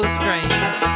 strange